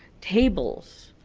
tables,